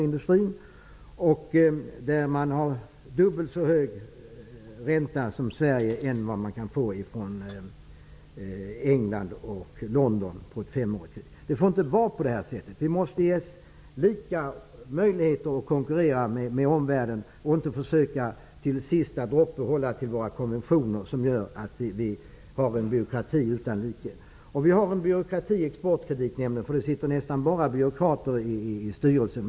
I den affären tar man på en femårig kredit ut dubbelt så hög ränta från Sverige jämfört med vad man som kan ges från England. Det får inte vara på det här sättet. Vi måste ges lika möjligheter att konkurrera med omvärlden och inte till sista droppen försöka hålla oss till våra konventioner. Detta gör att vi har en byråkrati utan like. Vi har en byråkrati i Exportkreditnämnden, eftersom det nästan bara sitter byråkrater i styrelsen.